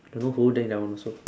don't know who drink that one also